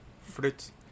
Fruits